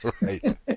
Right